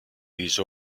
these